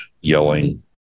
yelling